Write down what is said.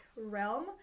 realm